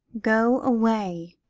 go away!